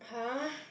!huh!